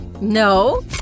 No